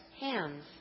hands